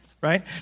Right